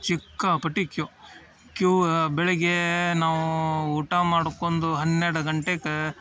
ಸಿಕ್ಕಾಪಟ್ಟಿ queue queue ಬೆಳಗ್ಗೆ ನಾವು ಊಟ ಮಾಡ್ಕೊಂಡು ಹನ್ನೆರಡು ಗಂಟೆಗ